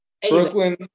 Brooklyn